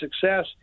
success